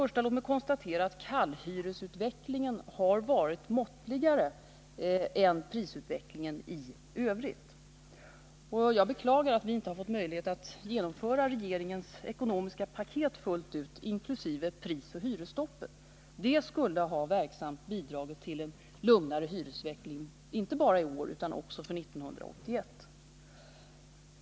Först vill jag konstatera att kallhyresutvecklingen har varit måttligare än vad som motsvarar prisutvecklingen i stort. Jag beklagar att vi inte fått möjlighet att fullt ut genomföra regeringens ekonomiska paket, inkl. prisoch hyresstoppen. Det skulle verksamt ha bidragit till en lugnare hyresutveckling inte bara för i år utan också för 1981.